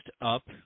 up